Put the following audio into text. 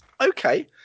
Okay